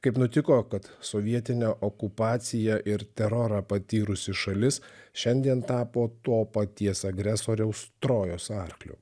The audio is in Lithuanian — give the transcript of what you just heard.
kaip nutiko kad sovietinę okupaciją ir terorą patyrusi šalis šiandien tapo to paties agresoriaus trojos arkliu